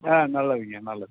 ஆ நல்லதுங்கய்யா நல்லது